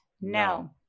No